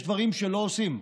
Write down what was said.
יש דברים שלא עושים.